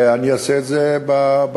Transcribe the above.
ואני אעשה את זה ברגע,